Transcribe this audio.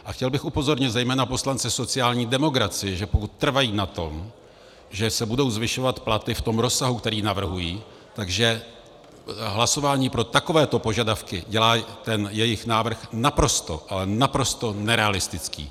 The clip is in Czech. A chtěl bych upozornit zejména poslance sociální demokracie, že pokud trvají na tom, že se budou zvyšovat platy v tom rozsahu, který navrhují, že hlasování pro takovéto požadavky dělá ten jejich návrh naprosto, ale naprosto nerealistický.